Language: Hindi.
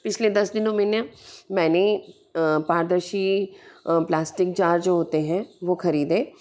पिछले दस दिनों में ना मैंने पारदर्शी प्लास्टिक जार जो होते हैं वो ख़रीदे